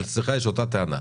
לך יש אותה טענה.